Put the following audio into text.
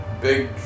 big